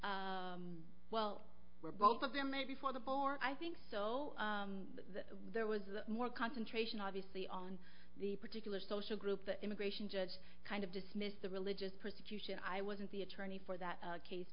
well were both of them made before the board i think so there was more concentration obviously on the particular social group the immigration judge kind of dismissed the religious persecution i wasn't the attorney for that case